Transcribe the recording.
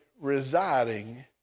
residing